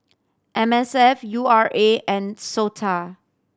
M S F U R A and SOTA